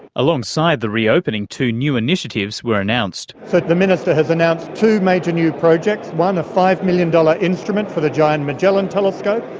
alongside the reopening, two new initiatives were announced. so the minister has announced two major new projects, one a five million dollars instrument for the giant magellan telescope,